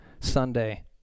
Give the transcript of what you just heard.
Sunday